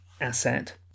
asset